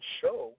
show